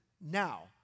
Now